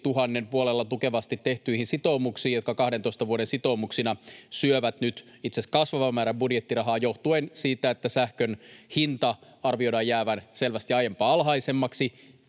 puolella tukevasti tehtyihin sitoumuksiin, jotka 12 vuoden sitoumuksina syövät nyt itse asiassa kasvavan määrä budjettirahaa johtuen siitä, että sähkön hinnan arvioidaan jäävän selvästi aiempaa alhaisemmaksi,